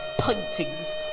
paintings